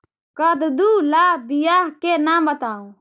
कददु ला बियाह के नाम बताहु?